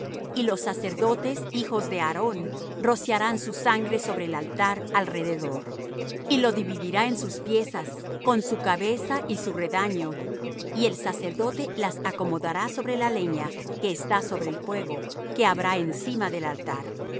y los sacerdotes hijos de aarón rociarán su sangre sobre el altar alrededor y lo dividirá en sus piezas con su cabeza y su redaño y el sacerdote las acomodará sobre la leña que está sobre el fuego que habrá encima del altar